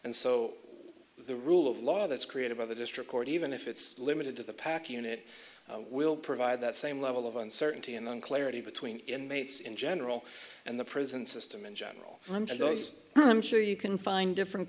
and so the rule of law that's created by the district court even if it's limited to the pack unit will provide that same level of uncertainty in and clarity between inmates in general and the prison system in general i'm goes i'm sure you can find different